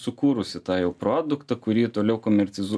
sukūrusi tą jau produktą kurį toliau komerciz